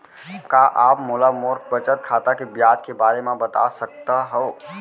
का आप मोला मोर बचत खाता के ब्याज के बारे म बता सकता हव?